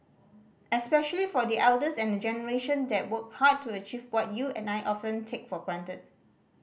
especially for the elders and the generation that worked hard to achieve what you and I often take for granted